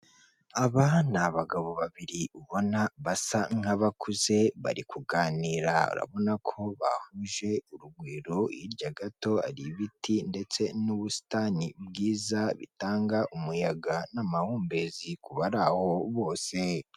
Aba ni abagabo babiri ubona basa nk'abakuze bari kuganira urabona ko bahuje urugwiro, hirya gato ari ibiti ndetse n'ubusitani bwiza bitanga umuyaga n'amahumbezi ku bari aho bose.